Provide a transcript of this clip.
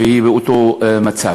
היא באותו מצב.